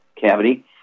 cavity